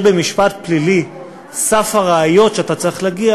במשפט פלילי סף הראיות שאתה צריך להגיע